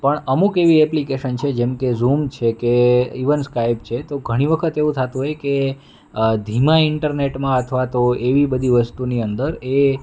પણ અમુક એવી એપ્લિકેશન છે જેમ કે ઝૂમ છે કે ઇવન સ્કાઈપ છે તો ઘણી વખત એવું થતું હોય કે ધીમાં ઇન્ટરનેટમાં અથવા તો એવી બધી વસ્તુની અંદર એ